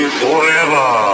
forever